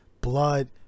blood